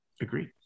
Agreed